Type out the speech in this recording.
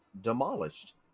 demolished